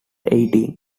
eighteen